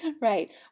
right